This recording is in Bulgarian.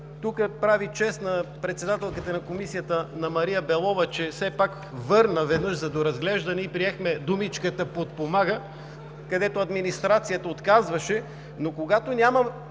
Тук прави чест на председателката на Комисията Мария Белова, че все пак го върна веднъж за доразглеждане и приехме думичката „подпомага“, където администрацията отказваше… Но когато няма